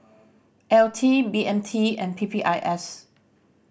L T B M T and P P I S